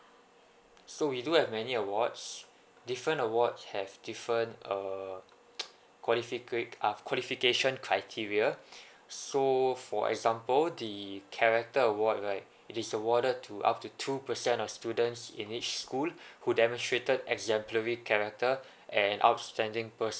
so we do have many awards different awards have different uh qualifica~ uh qualification criteria so for example the character award right it is awarded to up to two percent of students in each school who demonstrated exemplary character and outstanding personal